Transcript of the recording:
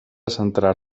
centrar